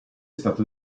stato